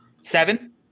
Seven